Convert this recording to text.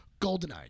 Goldeneye